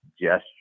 gesture